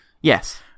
Yes